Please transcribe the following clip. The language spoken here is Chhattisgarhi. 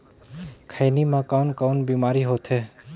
खैनी म कौन कौन बीमारी होथे?